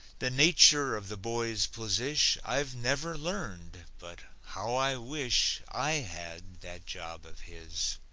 the nature of the boy's posish i've never learned but how i wish i had that job of his!